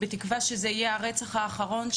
בתקווה שזה יהיה הרצח האחרון,